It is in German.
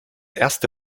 erste